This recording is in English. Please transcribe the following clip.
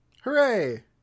Hooray